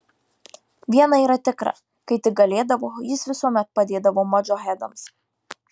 viena yra tikra kai tik galėdavo jis visuomet padėdavo modžahedams